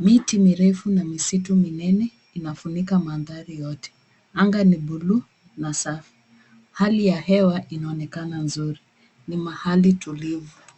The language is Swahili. Miti mirefu na misitu minene inafunika mandhari yote. Anga ni buluu na safi. hali ya hewa inaonekana nzuri. Ni mahali tulivu.